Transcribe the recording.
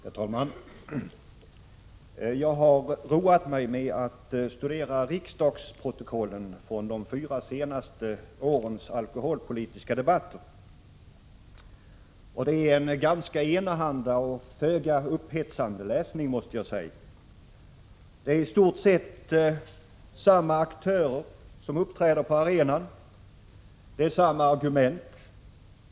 Herr talman! Jag har roat mig med att studera riksdagsprotokollen från de fyra senaste årens alkoholpolitiska debatter. Det är en ganska enahanda och föga upphetsande läsning. Det är i stort sett samma aktörer som uppträder på arenan. Det är samma argument.